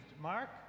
Mark